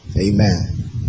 Amen